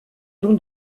nom